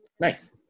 nice